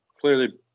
clearly